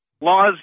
laws